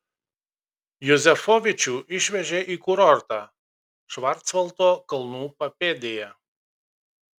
juzefovičių išvežė į kurortą švarcvaldo kalnų papėdėje